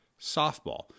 softball